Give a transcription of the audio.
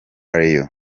rayon